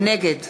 נגד